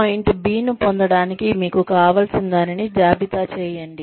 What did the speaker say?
point B ను పొందడానికి మీకు కావలసినదానిని జాబితా చేయండి